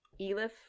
elif